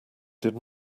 did